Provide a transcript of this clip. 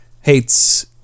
hates